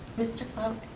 mr flowers,